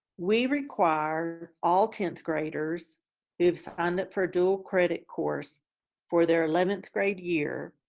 we require all tenth graders who have signed up for a dual credit course for their eleventh grade year,